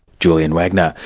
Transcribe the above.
julian wagner.